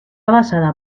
basada